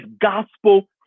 gospel